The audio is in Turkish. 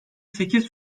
sekiz